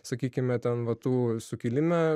sakykime ten va tų sukilime